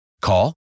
call